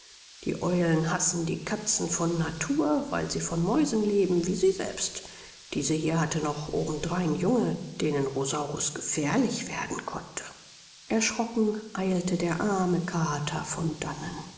die eulen hassen die katzen von natur weil sie von mäusen leben wie sie selbst diese hier hatte noch obendrein junge denen rosaurus gefährlich werden konnte erschrocken eilte der arme kater von dannen